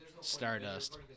Stardust